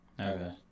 Okay